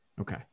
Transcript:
Okay